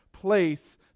place